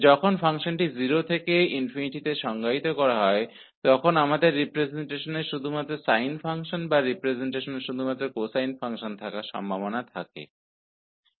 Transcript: लेकिन जब फ़ंक्शन को 0 से ∞ में परिभाषित किया जाता है तो हमारे पास रिप्रजेंटेशन में केवल साइन फ़ंक्शन या रिप्रजेंटेशन में केवल कोसाइन फ़ंक्शन होने की संभावना होती है